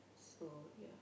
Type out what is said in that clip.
so ya